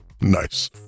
Nice